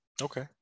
Okay